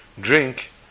drink